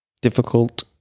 difficult